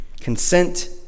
Consent